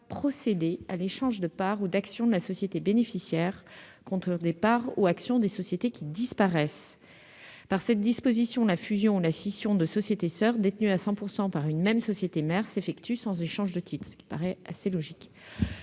procédé à l'échange de parts ou d'actions de la société bénéficiaire contre des parts ou actions des sociétés qui disparaissent. Par cette disposition, la fusion ou la scission de sociétés soeurs détenues à 100 % par une même société mère s'effectue sans échange de titres, ce qui paraît assez logique.